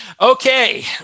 okay